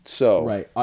Right